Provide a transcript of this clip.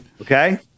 Okay